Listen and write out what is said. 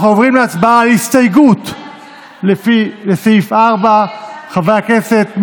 אנחנו עוברים להצבעה על הסתייגות לסעיף 4. חברי הכנסת,